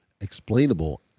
explainable